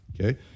Okay